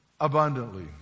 abundantly